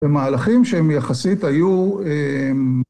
במהלכים שהם יחסית היו